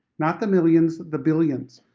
not the millions, the billions.